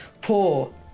poor